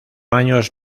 años